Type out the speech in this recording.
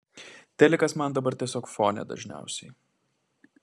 telikas man dabar tiesiog fone dažniausiai